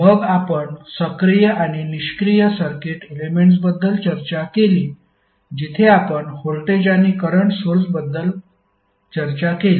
मग आपण सक्रिय आणि निष्क्रिय सर्किट एलेमेंट्सबद्दल चर्चा केली जिथे आपण व्होल्टेज आणि करंट सोर्सबद्दल चर्चा केली